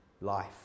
life